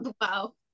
Wow